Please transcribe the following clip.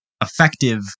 Effective